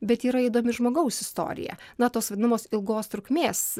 bet yra įdomi žmogaus istorija na tos vadinamos ilgos trukmės